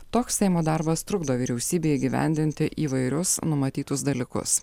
toks seimo darbas trukdo vyriausybei įgyvendinti įvairius numatytus dalykus